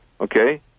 okay